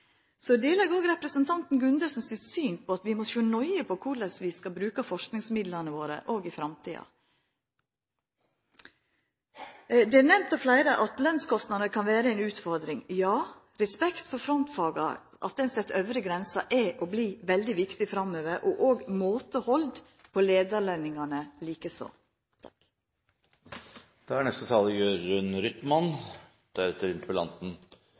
Så deler eg òg representanten Gundersens syn på at vi må sjå nøye på korleis vi skal bruka forskingsmidlane våre i framtida. Det er nemnt av fleire at lønnskostnadene kan vera ei utfordring. Ja, respekt for at frontfaga set den øvre grensa, er og vert veldig viktig framover, og